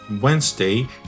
Wednesday